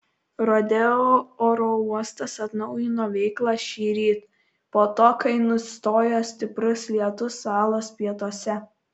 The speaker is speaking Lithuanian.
rodeo oro uostas atnaujino veiklą šįryt po to kai nustojo stiprus lietus salos pietuose